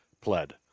pled